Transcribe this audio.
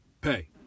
pay